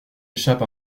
échappe